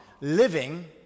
living